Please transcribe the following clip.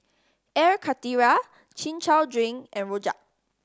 Air Karthira Chin Chow drink and rojak